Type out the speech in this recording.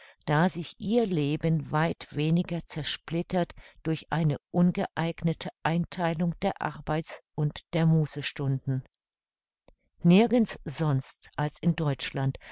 da sich ihr leben weit weniger zersplittert durch eine ungeeignete eintheilung der arbeits und der mußestunden nirgends sonst als in deutschland